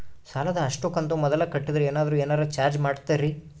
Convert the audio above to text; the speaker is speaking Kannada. ಸಾಲದ ಅಷ್ಟು ಕಂತು ಮೊದಲ ಕಟ್ಟಿದ್ರ ಏನಾದರೂ ಏನರ ಚಾರ್ಜ್ ಮಾಡುತ್ತೇರಿ?